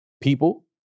people